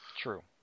True